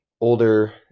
Older